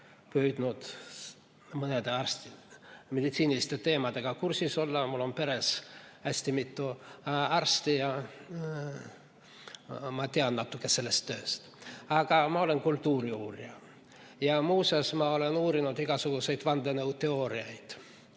püüdnud meditsiiniliste teemadega kursis olla, mul on peres hästi mitu arsti ja ma tean natuke sellest tööst. Aga ma olen kultuuriuurija. Muuseas, ma olen uurinud ka igasuguseid vandenõuteooriaid.